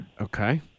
okay